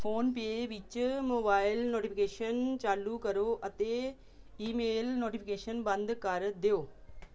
PhonePe ਵਿੱਚ mobile notification ਚਾਲੂ ਕਰੋ ਅਤੇ ਈਮੇਲ ਨੋਟੀਫਿਕੇਸ਼ਨ ਬੰਦ ਕਰ ਦਿਓ